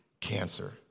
cancer